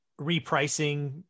repricing